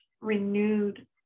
renewed